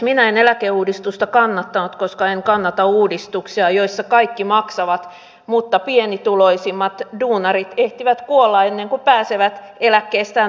minä en eläkeuudistusta kannattanut koska en kannata uudistuksia joissa kaikki maksavat mutta pienituloisimmat duunarit ehtivät kuolla ennen kuin pääsevät eläkkeestään nauttimaan